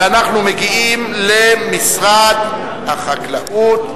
ואנחנו מגיעים למשרד החקלאות,